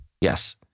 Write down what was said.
Yes